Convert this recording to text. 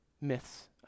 myths